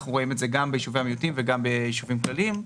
אנחנו רואים את זה גם ביישובי המיעוטים וגם ביישובים כלליים.